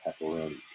pepperoni